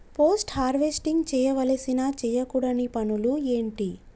Post harvesting చేయవలసిన చేయకూడని పనులు ఏంటి?